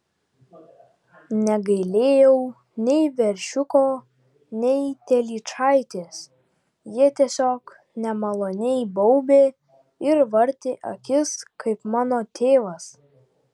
negailėjau nei veršiuko nei telyčaitės jie tiesiog nemaloniai baubė ir vartė akis kaip mano tėvas